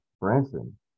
Branson